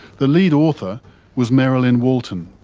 the lead author was merrilyn walton,